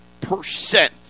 percent